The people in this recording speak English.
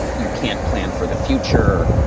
you can't plan for the future.